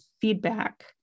feedback